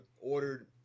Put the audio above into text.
ordered